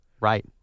Right